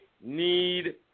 need